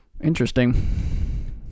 Interesting